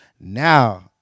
now